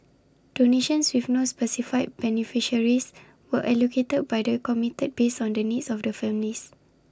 donations with no specified beneficiaries were allocated by the committee based on the needs of the families